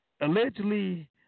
allegedly